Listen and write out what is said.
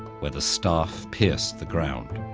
where the staff pierced the ground.